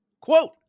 Quote